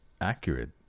accurate